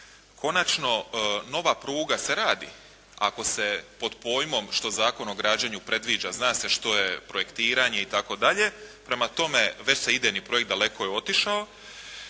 Konačno, nova pruga se radi, ako se pod pojmom što Zakon o građenju predviđa. Zna se što je projektiranje itd. Prema tome, već se idejni projekt daleko je otišao